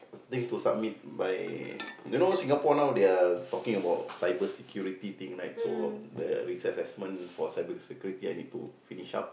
thing to submit by you know Singapore now they are talking about cyber security thing right so the risk assessment for cyber security I need to finish up